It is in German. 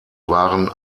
waren